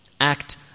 act